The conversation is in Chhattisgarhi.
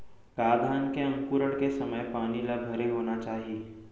का धान के अंकुरण के समय पानी ल भरे होना चाही?